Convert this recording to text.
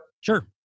Sure